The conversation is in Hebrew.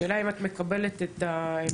השאלה היא האם את מקבלת את העמדה הזאת?